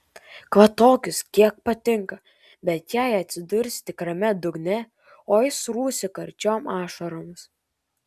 kvatokis kiek patinka bet jei atsidursi tikrame dugne oi srūsi karčiom ašaromis